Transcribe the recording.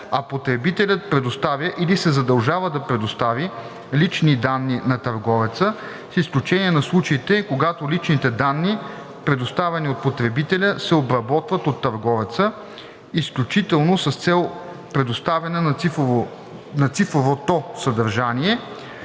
а потребителят предоставя или се задължава да предостави лични данни на търговеца, с изключение на случаите, когато личните данни, предоставени от потребителя, се обработват от търговеца изключително с цел предоставяне на цифровото съдържание,